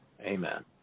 Amen